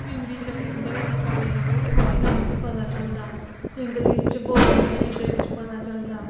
हिंदी कन्नै उं'दे कन्नै गल्ल करो उनें गी हिंदी च पता चलदा इंग्लिश च बोलो उ'नें गी इंग्लिश च पता चलदा